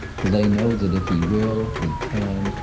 for they know that if he will, he can,